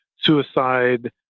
suicide